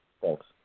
Thanks